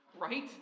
right